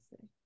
say